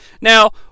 Now